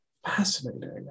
Fascinating